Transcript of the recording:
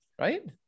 right